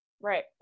right